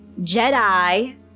Jedi